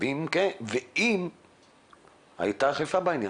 האם הייתה אכיפה בעניין?